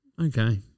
Okay